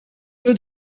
peu